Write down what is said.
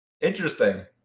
Interesting